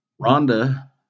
Rhonda